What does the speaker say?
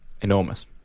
enormous